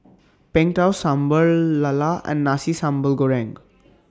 Png Tao Sambal Lala and Nasi Sambal Goreng